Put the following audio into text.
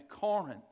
Corinth